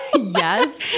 yes